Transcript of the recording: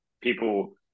people